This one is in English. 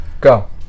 Go